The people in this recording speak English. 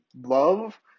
love